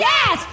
Yes